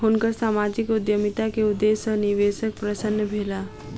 हुनकर सामाजिक उद्यमिता के उदेश्य सॅ निवेशक प्रसन्न भेला